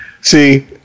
See